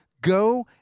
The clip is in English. go